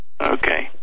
okay